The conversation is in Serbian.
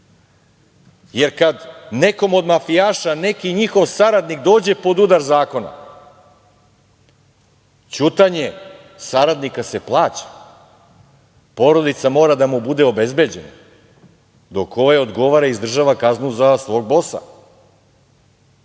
jer kada nekome od mafijaša neki njihov saradnik dođe pod udar zakona, ćutanje saradnika se plaća, porodica mora da mu bude obezbeđena, dok ovaj odgovara i izdržava kaznu za svog